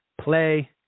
Play